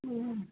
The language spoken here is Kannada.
ಹ್ಞೂ